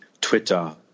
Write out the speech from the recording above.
Twitter